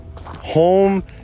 Home